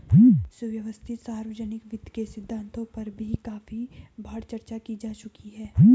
सुव्यवस्थित सार्वजनिक वित्त के सिद्धांतों पर भी काफी बार चर्चा की जा चुकी है